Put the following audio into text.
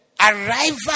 arrival